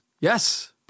Yes